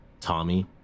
Tommy